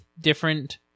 different